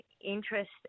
interest